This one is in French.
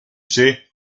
sais